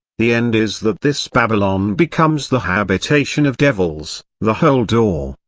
the end is that this babylon becomes the habitation of devils, the hold or,